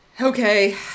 Okay